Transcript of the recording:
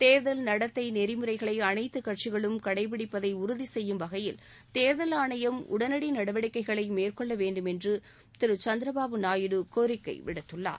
தேர்தல் நடத்தை நெறிமுறைகளை அனைத்து கட்சிகளும் கடைப்பிடிப்பதை உறுதி செய்யும் வகையில் தேர்தல் ஆணையம் உடனடி நடவடிக்கைகளை மேற்கொள்ள வேண்டும் என்று திரு சந்திரபாபு நாயுடு கோரிக்கை விடுத்துள்ளார்